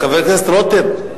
חבר הכנסת רותם,